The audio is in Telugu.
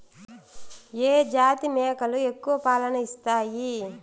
ఏ జాతి మేకలు ఎక్కువ పాలను ఇస్తాయి?